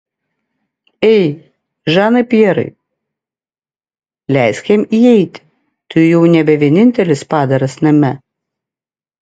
ei žanai pjerai leisk jam įeiti tu jau nebe vienintelis padaras name